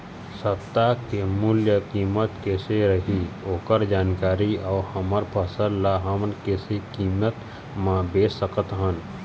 सप्ता के मूल्य कीमत कैसे रही ओकर जानकारी अऊ हमर फसल ला हम कैसे कीमत मा बेच सकत हन?